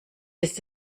ist